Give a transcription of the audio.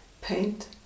Paint